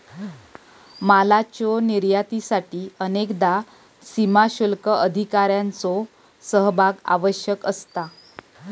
मालाच्यो निर्यातीसाठी अनेकदा सीमाशुल्क अधिकाऱ्यांचो सहभाग आवश्यक असता